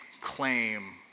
claim